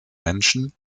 menschen